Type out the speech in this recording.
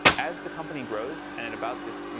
as the company grows and at about this, you